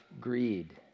greed